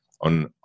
on